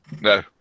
No